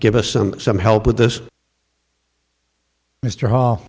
give us some some help with this mr hall